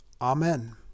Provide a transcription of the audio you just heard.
Amen